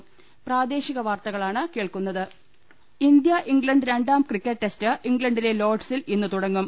ലലലലലലലലലലലല India England രണ്ടാം cricket test ഇംഗ്ലണ്ടിലെ ലോഡ്സിൽ ഇന്ന് തുടങ്ങും